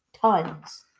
Tons